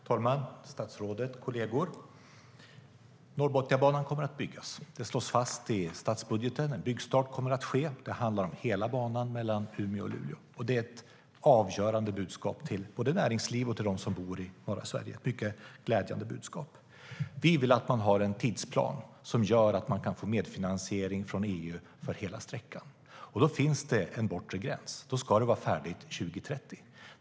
Herr talman, statsrådet, kolleger! Norrbotniabanan kommer att byggas. Det slås fast i statsbudgeten att byggstart kommer att ske. Det handlar om hela banan mellan Umeå och Luleå. Det är ett avgörande budskap både till näringslivet och till dem som bor i norra Sverige. Det är ett mycket glädjande budskap. Vi vill att man ska ha en tidsplan som gör att man kan få medfinansiering från EU för hela sträckan. Då finns det en bortre gräns - det ska vara färdigt 2030.